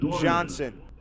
Johnson